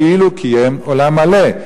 כאילו קיים עולם מלא.